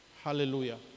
Hallelujah